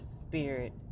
spirit